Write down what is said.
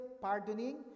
pardoning